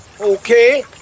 Okay